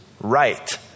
right